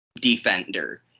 defender